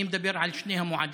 אני מדבר על שני המועדים,